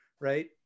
right